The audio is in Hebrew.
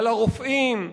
על הרופאים.